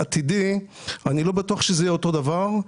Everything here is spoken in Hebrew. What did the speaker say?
עתידי; אני לא בטוח שזה יהיה אותו הדבר.